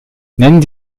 nennen